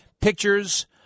pictures